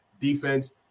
defense